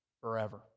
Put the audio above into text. forever